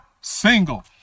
single